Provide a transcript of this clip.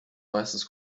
meistens